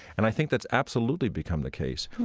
and i think that's absolutely become the case.